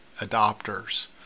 adopters